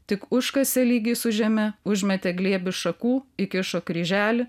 tik užkasė lygiai su žeme užmetė glėbį šakų įkišo kryželį